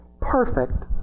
perfect